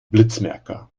blitzmerker